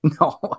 No